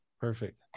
Perfect